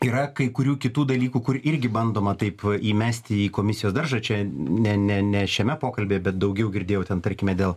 yra kai kurių kitų dalykų kur irgi bandoma taip įmesti į komisijos daržą čia ne ne ne šiame pokalbyje bet daugiau girdėjau ten tarkime dėl